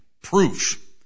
proof